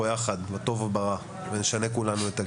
יחד בטוב וברע ונשנה כולנו את הגישה.